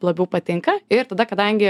labiau patinka ir tada kadangi